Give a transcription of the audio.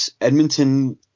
Edmonton